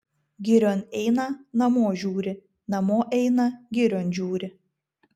girion eina namo žiūri namo eina girion žiūri